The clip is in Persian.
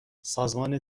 سازمان